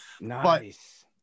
Nice